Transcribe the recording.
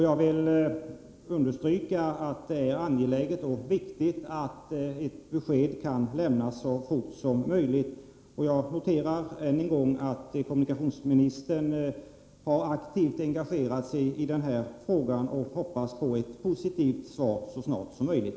Jag vill understryka att det är angeläget att ett besked kan lämnas så fort som möjligt. Jag noterar än en gång att kommunikationsministern aktivt har engagerat sig i denna fråga, och jag hoppas på ett positivt svar så snart som möjligt.